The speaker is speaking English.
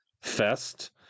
fest